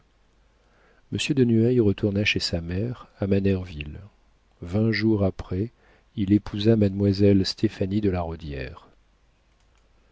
de nueil retourna chez sa mère à manerville vingt jours après il épousa mademoiselle stéphanie de la